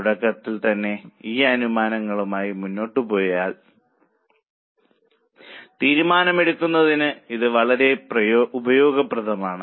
തുടക്കത്തിൽ തന്നെ ഈ അനുമാനങ്ങളുമായി മുന്നോട്ട് പോയാൽ തീരുമാനമെടുക്കുന്നതിന് ഇത് വളരെ ഉപയോഗപ്രദമാണ്